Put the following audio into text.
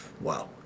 wow